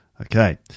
Okay